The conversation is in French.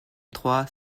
trois